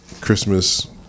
Christmas